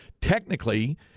Technically